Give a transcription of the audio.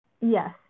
Yes